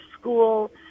school